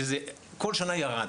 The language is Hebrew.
שזה כל שנה ירד,